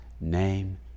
name